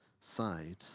side